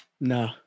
no